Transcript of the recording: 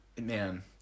Man